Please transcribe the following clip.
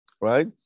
right